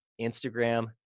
Instagram